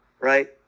Right